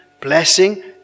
blessing